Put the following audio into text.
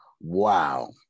Wow